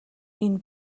энэ